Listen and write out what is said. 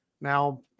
now